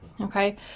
Okay